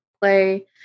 play